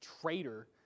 traitor